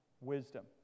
wisdom